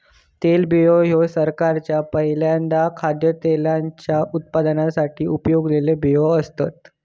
तेलबियो ह्यो सहसा पहील्यांदा खाद्यतेलाच्या उत्पादनासाठी उगवलेला बियो असतत